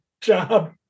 job